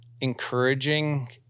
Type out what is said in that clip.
encouraging